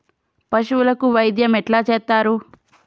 పశువులకు వైద్యం ఎట్లా చేత్తరు?